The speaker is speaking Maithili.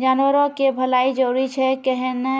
जानवरो के भलाइ जरुरी छै कैहने